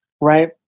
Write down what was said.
Right